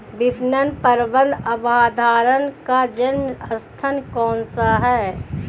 विपणन प्रबंध अवधारणा का जन्म स्थान कौन सा है?